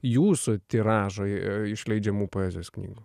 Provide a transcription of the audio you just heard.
jūsų tiražai išleidžiamų poezijos knygų